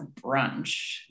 brunch